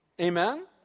Amen